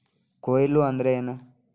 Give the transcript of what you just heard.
ಕೊಯ್ಲು ಅಂದ್ರ ಏನ್?